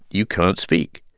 you can't speak.